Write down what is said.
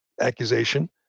accusation